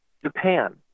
Japan